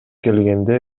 келгенде